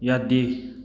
ꯌꯥꯗꯦ